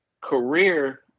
career